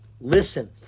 Listen